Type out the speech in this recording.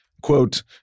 quote